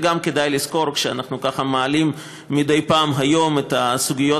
גם את זה כדאי לזכור כשאנחנו מעלים מדי פעם היום את הסוגיות